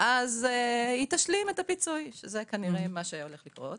- אז היא תשלים את הפיצוי שזה כנראה מה שהולך לקרות.